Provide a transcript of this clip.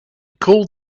called